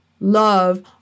love